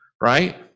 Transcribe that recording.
right